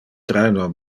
traino